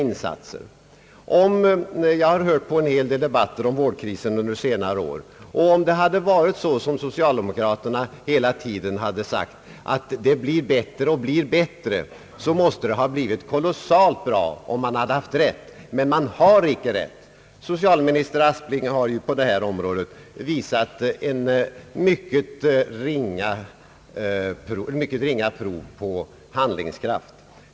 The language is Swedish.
Jag har under senare år lyssnat till en hel del debatter om vårdkrisen, och om det hade varit så som socialdemokraterna hela tiden sagt, att det blivit bättre och bättre, måste det ha blivit kolossalt bra. Men socialdemokraterna har inte haft rätt däri. Socialminister Aspling har på detta område visat mycket ringa prov på handlingskraft.